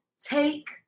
take